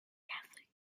catholic